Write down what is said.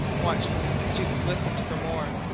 watchfully jukes listened for more.